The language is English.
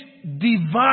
divine